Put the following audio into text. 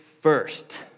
first